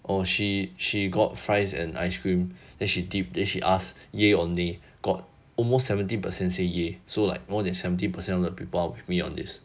oh she she got fries and ice cream then she dipped then she ask !yay! or nay got almost seventy percent say !yay! so like more than seventy percent of that people with me on this